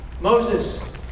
Moses